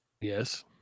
Yes